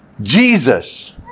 Jesus